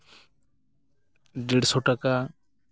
ᱰᱮᱲᱥᱚ ᱴᱟᱠᱟ